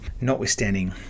notwithstanding